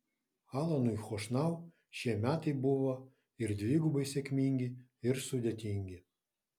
alanui chošnau šie metai buvo ir dvigubai sėkmingi ir sudėtingi